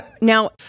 Now